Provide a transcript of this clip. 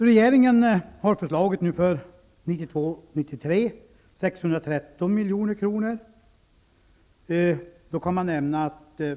Regeringen har föreslaget 613 milj.kr. för budgetåret 1992/93.